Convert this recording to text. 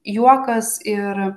juokas ir